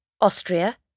Austria